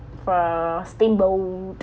for steamboat